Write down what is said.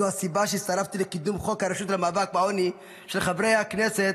זו הסיבה שהצטרפתי לקידום חוק הרשות למאבק בעוני של חברי חבר הכנסת